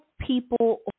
people